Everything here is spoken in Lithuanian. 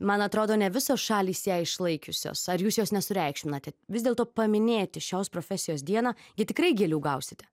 man atrodo ne visos šalys ją išlaikiusios ar jūs jos nesureikšminate vis dėlto paminėti šios profesijos dieną gi tikrai gėlių gausite